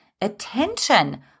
attention